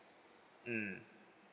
mm